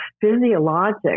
physiologic